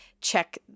check